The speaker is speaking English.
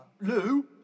Lou